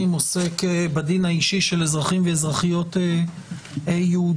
עוסק בדין האישי של אזרחים ואזרחיות יהודיים,